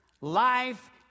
life